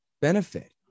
benefit